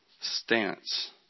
stance